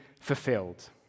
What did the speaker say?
fulfilled